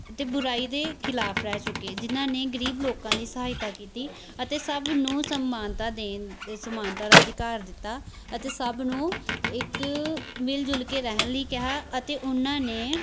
ਅਤੇ ਬੁਰਾਈ ਦੇ ਖ਼ਿਲਾਫ਼ ਰਹਿ ਚੁੱਕੇ ਜਿਨ੍ਹਾਂ ਨੇ ਗਰੀਬ ਲੋਕਾਂ ਦੀ ਸਹਾਇਤਾ ਕੀਤੀ ਅਤੇ ਸਭ ਨੂੰ ਸਮਾਨਤਾ ਦੇਣ ਸਮਾਨਤਾ ਦਾ ਅਧਿਕਾਰ ਦਿੱਤਾ ਅਤੇ ਸਭ ਨੂੰ ਇੱਕ ਮਿਲਜੁਲ ਕੇ ਰਹਿਣ ਲਈ ਕਿਹਾ ਅਤੇ ਉਨ੍ਹਾਂ ਨੇ